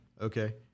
Okay